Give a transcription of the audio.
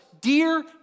Dear